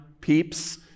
peeps